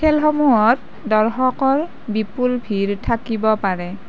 খেলসমূহত দৰ্শকৰ বিপুল ভিৰ থাকিব পাৰে